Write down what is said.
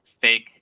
fake